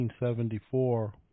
1974